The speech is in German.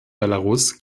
belarus